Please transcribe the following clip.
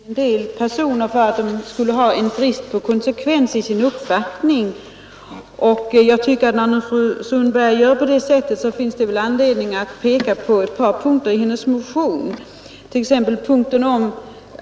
Herr talman! Fru Sundberg angrep i sitt anförande en del personer för brist på konsekvens i uppfattningen. När fru Sundberg gjorde det, tycker jag att det finns anledning att peka på ett par punkter i den motion där fru Sundberg står som första namn.